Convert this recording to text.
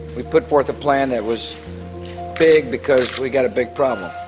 we put forth a plan that was big because we've got a big problem.